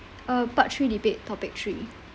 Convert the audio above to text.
uh part three debate topic three